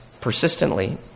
persistently